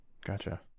Gotcha